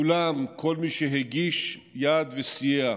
כולם, כל מי שהגיש יד וסייע,